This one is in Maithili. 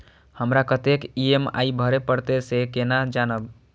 हमरा कतेक ई.एम.आई भरें परतें से केना जानब?